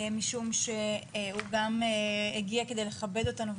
משום שהוא גם הגיע כדי לכבד אותנו,